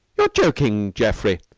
you're joking, geoffrey.